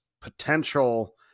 potential